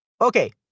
Okay